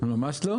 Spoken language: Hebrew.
ממש לא.